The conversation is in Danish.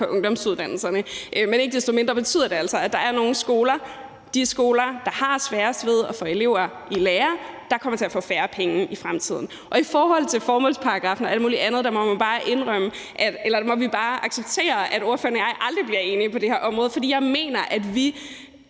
på ungdomsuddannelserne. Men ikke desto mindre betyder det altså, at de skoler, der har sværest ved at få elever i lære, kommer til at få færre penge i fremtiden, og i forhold til det her område med formålsparagraffen og alt muligt andet må vi bare acceptere, at ordføreren og jeg aldrig bliver enige. For jeg mener, at vi